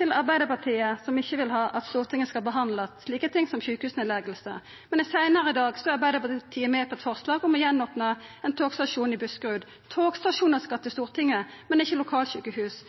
Når det gjeld Arbeidarpartiet, som ikkje vil at Stortinget skal behandla slike ting som sjukehusnedleggingar, er dei seinare i dag med på eit forslag om å opna ein togstasjon i Buskerud igjen. Togstasjonar skal til Stortinget, men ikkje lokalsjukehus.